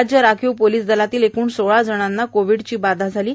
राज्य राखीव पोलीस दलातील एकूण सोळा जणांना कोव्हींडची बाधा झाली आहे